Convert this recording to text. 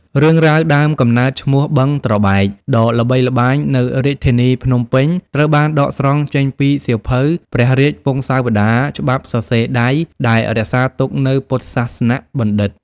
រឿងរ៉ាវដើមកំណើតឈ្មោះ "បឹងត្របែក" ដ៏ល្បីល្បាញនៅរាជធានីភ្នំពេញ ត្រូវបានដកស្រង់ចេញពីសៀវភៅ ព្រះរាជពង្សាវតារច្បាប់សរសេរដៃ ដែលរក្សាទុកនៅពុទ្ធសាសនបណ្ឌិត្យ។